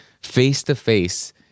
face-to-face